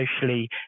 socially